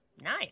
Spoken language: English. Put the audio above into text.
Nice